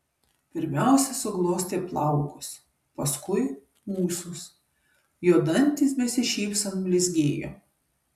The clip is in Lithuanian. pirmiausia suglostė plaukus paskui ūsus jo dantys besišypsant blizgėjo